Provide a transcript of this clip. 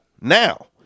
now